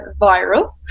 viral